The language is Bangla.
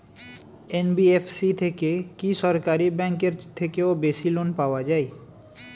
এন.বি.এফ.সি থেকে কি সরকারি ব্যাংক এর থেকেও বেশি লোন পাওয়া যায়?